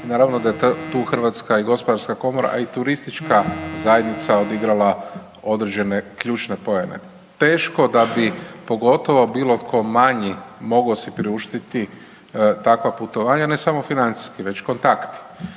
Naravno da je tu Hrvatska i gospodarska komora, a i turistička zajednica odigrala određene ključne poene. Teško da bi pogotovo bilo tko manji mogao si priuštiti takva putovanja, ne samo financijski već kontakt.